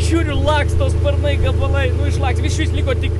žiūriu laksto sparnai gabalai nu išlaks išvis liko tik